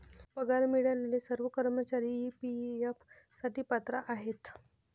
पगार मिळालेले सर्व कर्मचारी ई.पी.एफ साठी पात्र आहेत